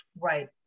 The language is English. Right